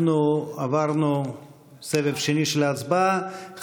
אנחנו עברנו סבב שני של ההצבעה.